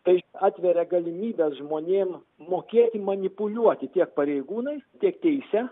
tai atveria galimybes žmonėm mokėti manipuliuoti tiek pareigūnais tiek teise